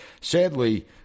Sadly